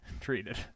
treated